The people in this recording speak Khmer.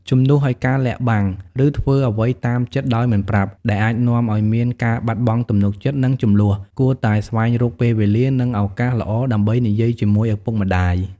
ជំនួសឲ្យការលាក់បាំង ឬធ្វើអ្វីតាមចិត្តដោយមិនប្រាប់ ដែលអាចនាំឲ្យមានការបាត់បង់ទំនុកចិត្ត និងជម្លោះ គួរតែស្វែងរកពេលវេលា និងឱកាសល្អដើម្បីនិយាយជាមួយឪពុកម្ដាយ។